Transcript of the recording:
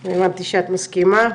אני הבנתי שאת מסכימה.